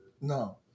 No